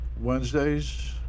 Wednesdays